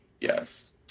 Yes